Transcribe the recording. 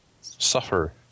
Suffer